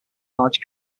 large